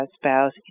spouse